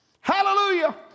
Hallelujah